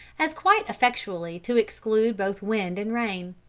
as quite effectually to exclude both wind and rain.